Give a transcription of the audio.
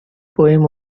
poem